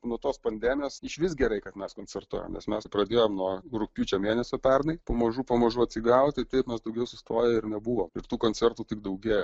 nuo tos pandemijos išvis gerai kad mes koncertuojam nes mes pradėjom nuo rugpjūčio mėnesio pernai pamažu pamažu atsigauti taip mes daugiau sutoję ir nebuvom ir tų koncertų tik daugėja